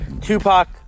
Tupac